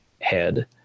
head